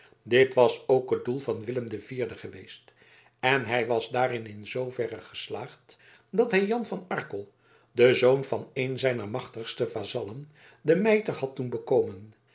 dit was ook het doel van willem iv geweest en hij was daarin in zooverre geslaagd dat hij jan van arkel den zoon van een zijner machtigste vazallen den mijter had doen bekomen